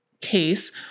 case